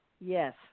Yes